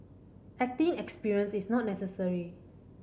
acting experience is not necessary